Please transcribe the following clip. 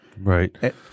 Right